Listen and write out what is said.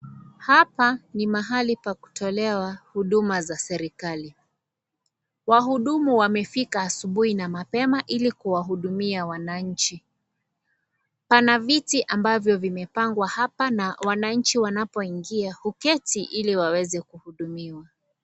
Hapa ni mahali pa kutolewa huduma za serikali, wahudumu wamefika asubuhi na mapema ili kuwahudumia wananchi, pana viti ambavyo vimepangwa hapa na wananchi wanapo ingia kuketi iliwaweze kuhudumiwa .